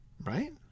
right